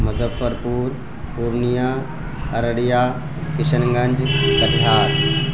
مظفر پور پورنیا ارریا کشن گنج کٹیہار